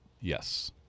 Yes